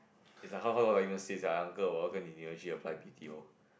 it's like how how do I even say sia uncle 我要跟你女儿去: wo yao gen ni nü er apply B_T_O